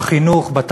בחינוך, בתחבורה,